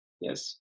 yes